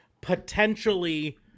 potentially